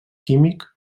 químic